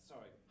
Sorry